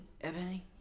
Ebony